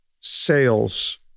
sales